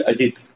Ajit